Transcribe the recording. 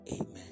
Amen